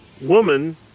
woman